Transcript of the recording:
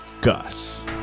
Gus